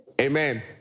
Amen